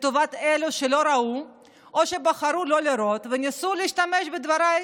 לטובת אלה שלא ראו או שבחרו לא לראות וניסו להשתמש בדבריי